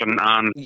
on